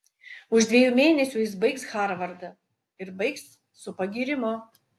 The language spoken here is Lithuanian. už dviejų mėnesių jis baigs harvardą ir baigs su pagyrimu